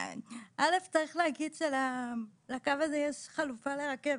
ראשית, צריך להגיד שלקו הזה כן יש חלופה לרכבת.